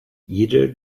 jeder